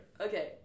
Okay